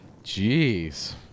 Jeez